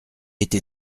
été